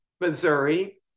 Missouri